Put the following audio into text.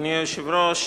אדוני היושב-ראש,